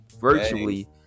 virtually